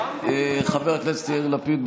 חבר הכנסת יאיר לפיד,